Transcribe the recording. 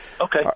okay